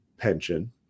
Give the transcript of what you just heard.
pension